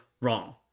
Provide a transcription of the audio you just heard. wrong